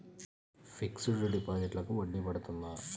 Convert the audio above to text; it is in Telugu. ఫిక్సడ్ డిపాజిట్లకు వడ్డీ పడుతుందా?